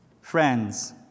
Friends